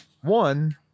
one